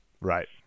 Right